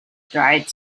dried